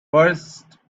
first